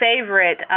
favorite